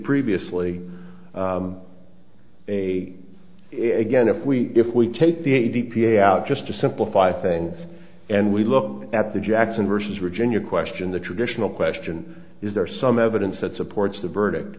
previously a it again if we if we take the a d p a out just to simplify things and we look at the jackson versus virginia question the traditional question is there some evidence that supports the verdict